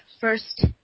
first